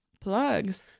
plugs